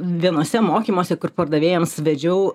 vienuose mokymuose kur pardavėjams vedžiau